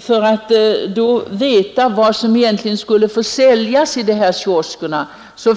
För att man då skulle veta vad som egentligen skulle få säljas i kioskerna